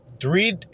Three